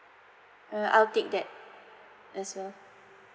uh I'll take that as well